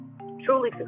Truly